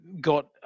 got